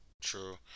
True